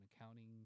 accounting